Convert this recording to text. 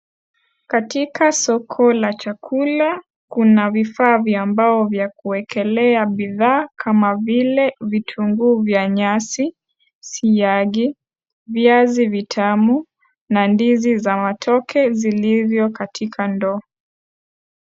Katika soko la chakula kuna vifaa vya mbao vya kuwekelea bidhaa kama vile vitunguu vya nyasi, siagi, viazi vitamu na ndizi za matoke zilivyo katika ndoo.